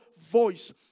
voice